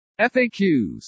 FAQs